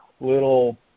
little